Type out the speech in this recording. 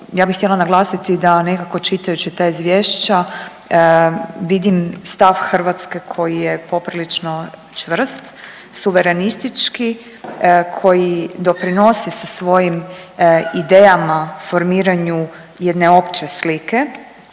ja bih htjela naglasiti da nekako čitajući ta izvješća vidim stav Hrvatske koji je poprilično čvrst, suverenistički, koji doprinosi sa svojim idejama formiranju jedne opće slike